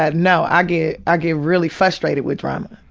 ah, no. i get ah get really frustrated with drama.